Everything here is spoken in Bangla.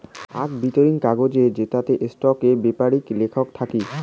আক বিতিং কাগজ জেতাতে স্টকের বেপারি লেখক থাকি